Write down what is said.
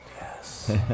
yes